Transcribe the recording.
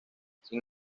sin